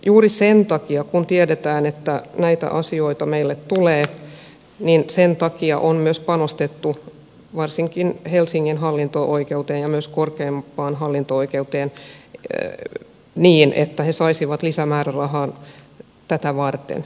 juuri sen takia kun tiedetään että näitä asioita meille tulee on myös panostettu varsinkin helsingin hallinto oikeuteen ja myös korkeimpaan hallinto oikeuteen niin että he saisivat lisämäärärahan tätä varten